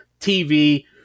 TV